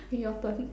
okay your turn